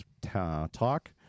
talk